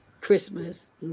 Christmas